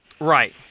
right